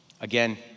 Again